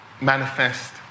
manifest